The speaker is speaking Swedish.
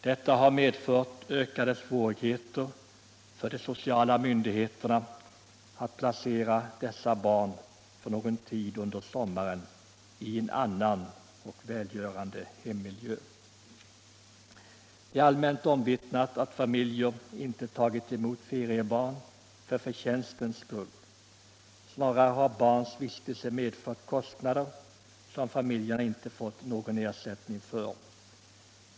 Detta har medfört ökade svårigheter för de sociala myndigheterna att placera dessa barn för någon tid under sommaren i en annan och välgörande hemmiljö. Det är allmänt omvittnat att familjer inte tagit emot feriebarn för förtjänstens skull — snarare har barns vistelse medfört kostnader som familjerna inte fått någon ersättning för.